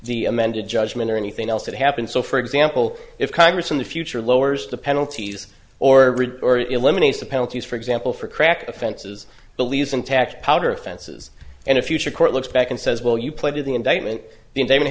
the amended judgment or anything else that happened so for example if congress in the future lowers the penalties or eliminates the penalties for example for crack offenses believes in tax powder offenses and a future court looks back and says well you play to the indictment the